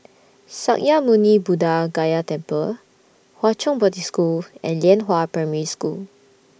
Sakya Muni Buddha Gaya Temple Hwa Chong Boarding School and Lianhua Primary School